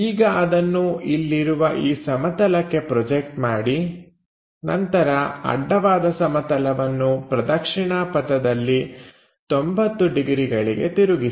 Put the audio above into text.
ಈಗ ಅದನ್ನು ಇಲ್ಲಿರುವ ಈ ಸಮತಲಕ್ಕೆ ಪ್ರೊಜೆಕ್ಟ್ ಮಾಡಿ ನಂತರ ಅಡ್ಡವಾದ ಸಮತಲವನ್ನು ಪ್ರದಕ್ಷಿಣಾ ಪಥದಲ್ಲಿ 90 ಡಿಗ್ರಿಗಳಿಗೆ ತಿರುಗಿಸಿ